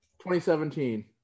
2017